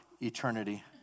eternity